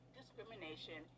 discrimination